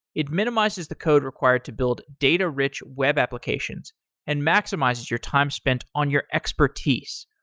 it minimizes the code required to build data-rich web applications and maximizes your time spent on your expertise.